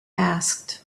asked